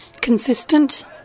consistent